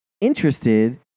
interested